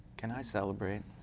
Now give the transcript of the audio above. can i celebrate?